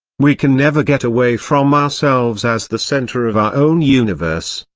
we can never get away from ourselves as the centre of our own universe,